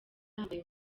yambaye